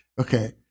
Okay